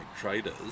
traders